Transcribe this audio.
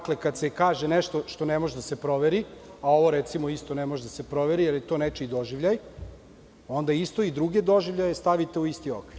Kad se kaže nešto što ne može da se proveri, a ovo, recimo, isto ne može da se proveri, jer je to nečiji doživljaj, onda isto i druge doživljaje stavite u isti okvir.